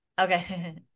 Okay